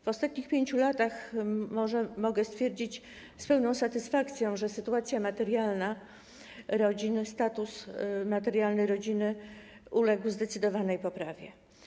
W ostatnich 5 latach, co mogę stwierdzić z pełną satysfakcją, sytuacja materialna rodzin, status materialny rodziny uległ zdecydowanej poprawie.